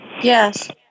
Yes